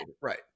right